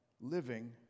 living